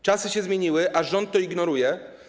Czasy się zmieniły, a rząd to ignoruje.